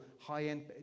high-end